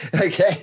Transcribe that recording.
Okay